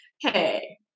Hey